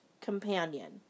companion